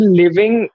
living